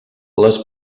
les